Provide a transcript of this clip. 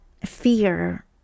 fear